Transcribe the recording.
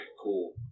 cool